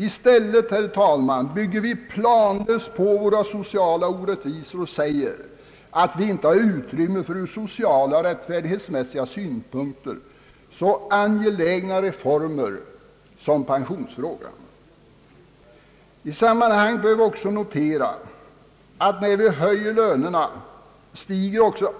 I stället, herr talman, bygger vi planlöst vidare på våra sociala orättvisor och säger att vi inte har utrymme för ur sociala rättfärdighetssynpunkter så angelägna reformer som lägre pensionsålder. I detta sammanhang bör också noteras att pensionsunderlaget